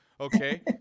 Okay